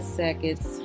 seconds